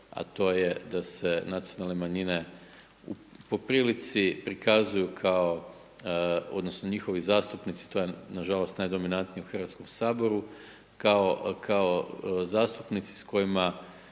a to je da se nacionalne manjine po prilici prikazuju kao, odnosno njihovi zastupnici, to je nažalost najdominantnije u Hrvatskom saboru kao, kao zastupnici s kojima